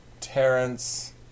Terrence